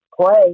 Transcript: play